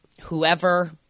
whoever